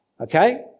okay